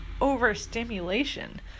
overstimulation